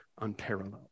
unparalleled